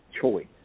choice